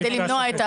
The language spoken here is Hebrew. כדי למנוע.